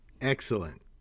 excellent